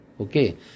okay